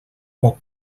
poc